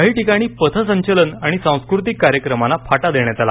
काही ठिकाणी पथसंचलन आणि सांस्कृतिक कार्यक्रमांना फाटा देण्यात आला